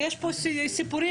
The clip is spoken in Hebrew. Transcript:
יושב פה גלעד קריב,